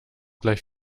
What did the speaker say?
gleich